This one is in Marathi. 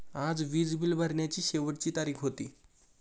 आज वीज बिल भरण्याची शेवटची तारीख होती